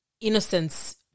innocence